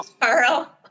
Carl